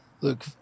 Look